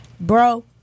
bro